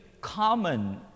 common